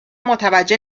متوجه